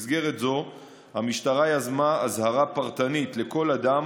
במסגרת זו המשטרה יזמה אזהרה פרטנית לכל אדם